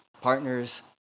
partners